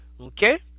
Okay